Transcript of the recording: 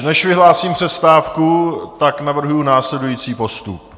Než vyhlásím přestávku, navrhuji následující postup.